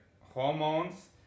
hormones